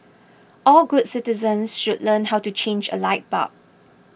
all good citizens should learn how to change a light bulb